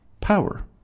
power